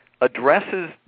addresses